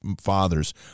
fathers